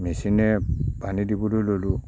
মেছিনে পানী দিবলৈ ল'লোঁ